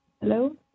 Hello